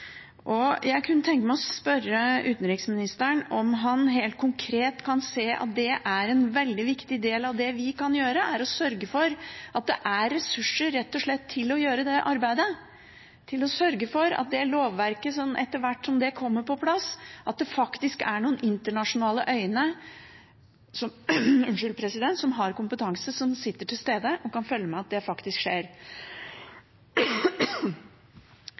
dommer. Jeg kunne tenke meg å spørre utenriksministeren om han helt konkret kan se at en veldig viktig del av det vi kan gjøre, er å sørge for at det rett og slett er ressurser til å gjøre dette arbeidet – at det er noen internasjonale øyne som har kompetanse, som er til stede og kan følge med og sørge for at lovverket, etter hvert som det kommer på plass, blir fulgt. Det er mange ting man kunne ha sagt om situasjonen på de okkuperte områdene, Vestbredden og